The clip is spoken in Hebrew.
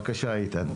בבקשה איתן.